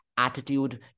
attitude